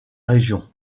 région